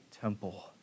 temple